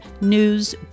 news